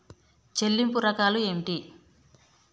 చెల్లింపు రకాలు ఏమిటి?